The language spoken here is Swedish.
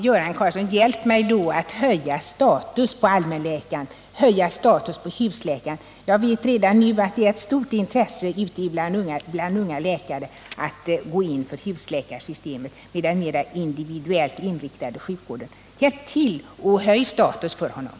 Herr talman! Hjälp mig då, Göran Karlsson, att höja allmänläkarens och husläkarens status! Jag vet att det redan nu finns ett stort intresse bland unga läkare att gå in i husläkarsystemet med dess mera individuellt inriktade sjukvård. Hjälp till att höja husläkarens status!